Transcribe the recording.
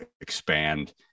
expand